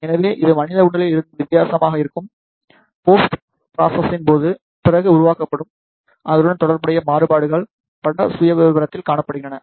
எனவே இது மனித உடலில் இருந்து வித்தியாசமாக இருக்கும் போஸ்ட் ப்ராசஸின் போது பிறகு உருவாக்கப்படும் அதனுடன் தொடர்புடைய மாறுபாடுகள் பட சுயவிவரத்தில் காணப்படுகின்றன